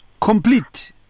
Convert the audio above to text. complete